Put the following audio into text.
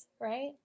right